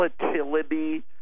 volatility